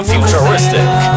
Futuristic